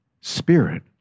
spirit